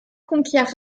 conquiert